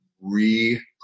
re